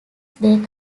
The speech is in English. they